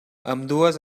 ambdues